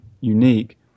unique